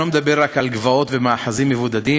אני לא מדבר רק על גבעות ומאחזים מבודדים,